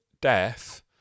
death